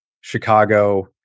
Chicago